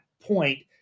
point